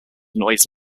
noise